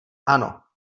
ano